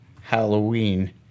Halloween